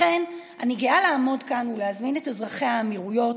לכן אני גאה לעמוד כאן ולהזמין את אזרחי האמירויות,